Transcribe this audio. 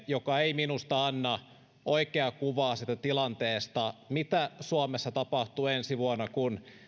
joka ei minusta anna oikeaa kuvaa siitä tilanteesta mitä suomessa tapahtuu ensi vuonna kun